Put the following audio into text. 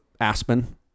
Aspen